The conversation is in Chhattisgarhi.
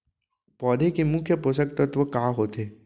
पौधे के मुख्य पोसक तत्व का होथे?